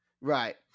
Right